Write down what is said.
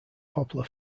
poplar